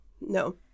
No